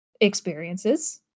experiences